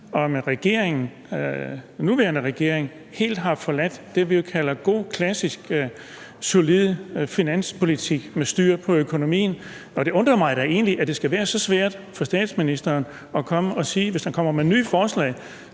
Om den nuværende regering helt har forladt det, vi kalder god, klassisk, solid finanspolitik med styr på økonomien. Og det undrer mig da egentlig, at det skal være så svært for statsministeren at komme og sige det. Hvis man kommer med nye forslag,